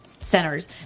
centers